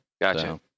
Gotcha